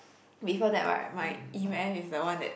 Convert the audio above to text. before that right my e-math is the one that